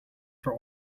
for